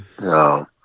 no